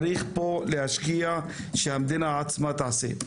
צריך פה להשקיע שהמדינה עצמה תעשה.